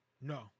No